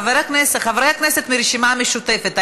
חברי הכנסת מהרשימה המשותפת,